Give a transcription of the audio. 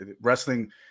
wrestling